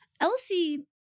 Elsie